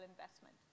investment